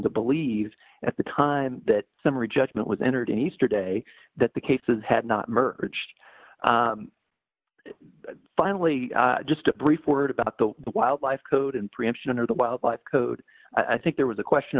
to believe at the time that summary judgment was entered in easter day that the cases had not merged finally just a brief word about the wildlife code and preemption under the wildlife code i think there was a question